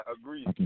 agree